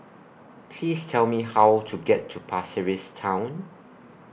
Please Tell Me How to get to Pasir Ris Town